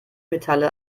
metalle